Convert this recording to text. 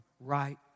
right